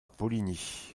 poligny